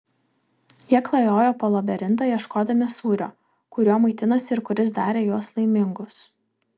jie klajojo po labirintą ieškodami sūrio kuriuo maitinosi ir kuris darė juos laimingus